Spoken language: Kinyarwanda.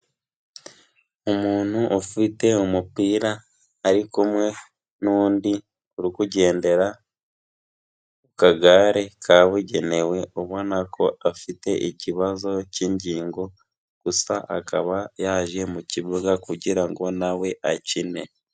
Umuntu ufite umupira ari kumwe n'undi, uri kugendera ku kagare kabugenewe, ubona ko afite ikibazo cy'ingingo, gusa akaba yaje mu kibuga kugira ngo na we akine.